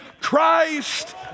Christ